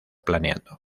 planeando